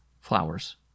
Flowers